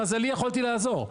למזלי יכולתי לעזור,